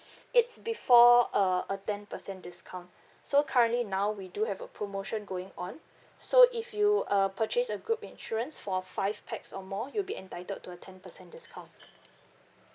it's before uh a ten percent discount so currently now we do have a promotion going on so if you uh purchase a group insurance for five pax or more you'll be entitled to a ten percent discount